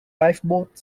lifeboat